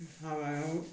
हाबायाव